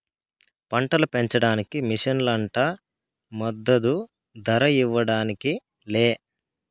పంటలు పెంచడానికి మిషన్లు అంట మద్దదు ధర ఇవ్వడానికి లే